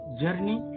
journey